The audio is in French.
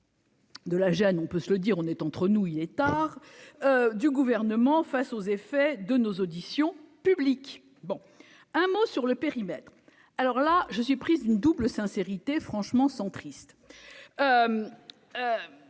De la Jeanne, on peut se le dire, on est entre nous, il est tard du gouvernement face aux effets de nos auditions publiques, bon, un mot sur le périmètre, alors là je suis prise une double sincérité franchement centriste,